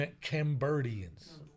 Cambodians